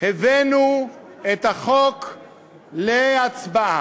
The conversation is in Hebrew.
הבאנו את החוק להצבעה.